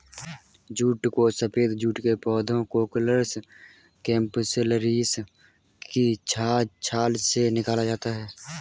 jute को सफेद jute के पौधे कोरकोरस कैप्सुलरिस की छाल से निकाला जाता है